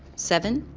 seven,